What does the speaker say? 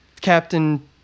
Captain